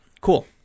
cool